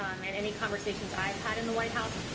um and any conversations i have had in the white house.